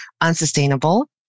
unsustainable